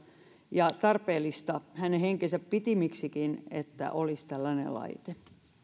ja tarpeellista hänen henkensä pitimiksikin että olisi tällainen laite